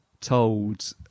told